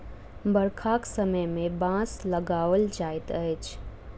बरखाक समय मे बाँस लगाओल जाइत अछि